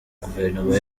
guverinoma